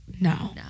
No